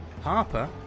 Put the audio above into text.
Harper